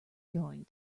going